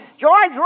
George